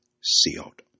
sealed